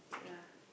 ya